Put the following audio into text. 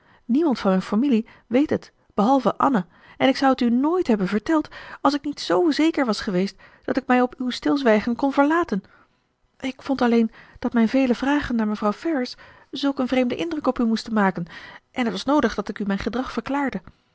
niemand van mijn familie weet het behalve anne en ik zou het u nooit hebben verteld als ik niet z zeker was geweest dat ik mij op uw stilzwijgen kon verlaten ik vond alleen dat mijn vele vragen naar mevrouw ferrars zulk een vreemden indruk op u moesten maken en het was noodig dat ik u mijn gedrag verklaarde